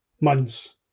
months